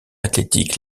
athlétique